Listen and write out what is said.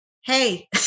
Hey